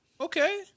Okay